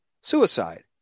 suicide